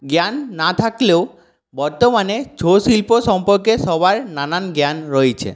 জ্ঞান না থাকলেও বর্তমানে ছৌ শিল্প সম্পর্কে সবার নানান জ্ঞান রয়েছে